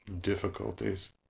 difficulties